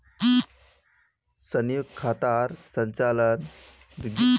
संयुक्त खातार संचालन खाता स जुराल सब लोग करवा सके छै